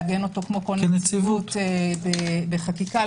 לעגן אותו כמו כל נציבות בחקיקה -- כנציבות.